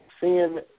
seeing